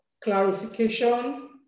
clarification